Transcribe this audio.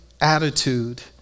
attitude